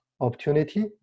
opportunity